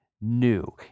new